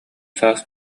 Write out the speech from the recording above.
саас